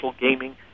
gaming